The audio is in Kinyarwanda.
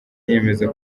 yiyemeza